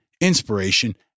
inspiration